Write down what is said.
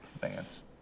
Bands